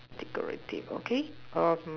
tick already okay